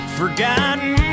forgotten